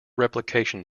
replication